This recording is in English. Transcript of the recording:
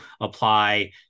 apply